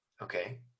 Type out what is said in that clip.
okay